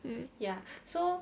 um